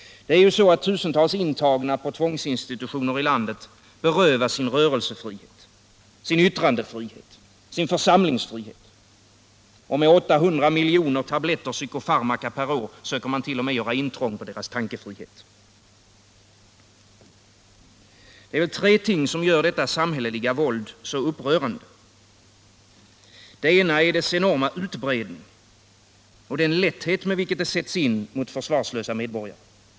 Tusentals intagna på tvångsinstitutioner i landet berövas sin rörelsefrihet, sin yttrandefrihet, sin församlingsfrihet. Med 800 000 000 tabletter psykofarmaka per år söker man t.o.m. göra intrång på deras tankefrihet. Det är tre ting som gör detta samhälleliga våld så upprörande. Det ena är dess enorma utbredning och den lätthet med vilken det sätts in mot försvarslösa medborgare.